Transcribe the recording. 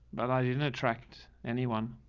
but i didn't attract anyone.